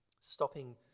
Stopping